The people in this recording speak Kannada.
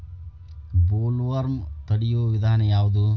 ಬೊಲ್ವರ್ಮ್ ತಡಿಯು ವಿಧಾನ ಯಾವ್ದು?